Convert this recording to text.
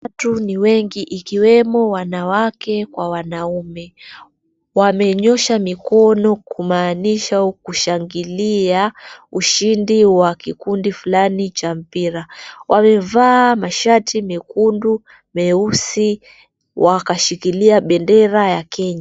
Watu ni wengi ikiwemo wanawake kwa wanaume. Wamenyoosha mikono kumaanisha kushangilia ushindi wa kikundi fulani cha mpira. Wamevaa mashati mekundu, meusi wakashikilia bendera ya Kenya.